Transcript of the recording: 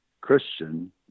Christian